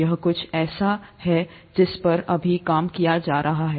यह कुछ ऐसा है जिस पर अभी काम किया जा रहा है